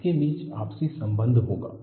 उनके बीच आपसी संबंध होगा